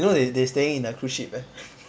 you know they they staying in the cruise ship eh